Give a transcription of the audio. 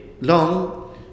long